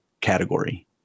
category